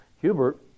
Hubert